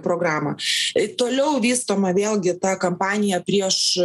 programą toliau vystoma vėlgi ta kampanija prieš